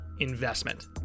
Investment